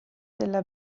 della